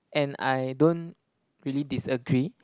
and I don't really disagree